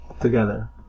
together